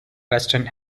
western